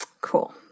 cool